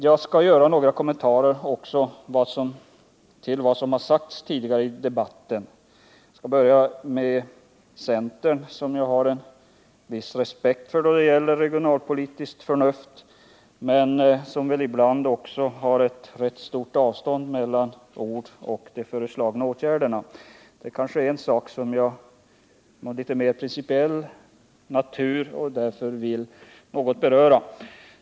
Jag skall göra några kommentarer också till vad som har sagts tidigare i debatten. Jag börjar med centern, som jag har en viss respekt för när det gäller regionalpolitiskt förnuft, men som ibland också har ett rätt stort avstånd mellan ord och föreslagna åtgärder. Det finns en fråga som är av litet mer principiell natur som jag något vill beröra.